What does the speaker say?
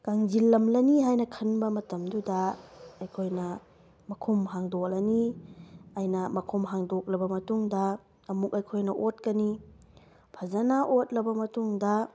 ꯀꯪꯁꯤꯜꯂꯝꯂꯅꯤ ꯍꯥꯏꯅ ꯈꯟꯕ ꯃꯇꯝꯗꯨꯗ ꯑꯩꯈꯣꯏꯅ ꯃꯈꯨꯝ ꯍꯥꯡꯗꯣꯛꯂꯅꯤ ꯑꯩꯅ ꯃꯈꯨꯡ ꯍꯥꯡꯗꯣꯛꯂꯕ ꯃꯇꯨꯡꯗ ꯑꯃꯨꯛ ꯑꯩꯈꯣꯏꯅ ꯑꯣꯠꯀꯅꯤ ꯐꯖꯅ ꯑꯣꯠꯂꯕ ꯃꯇꯨꯡꯗ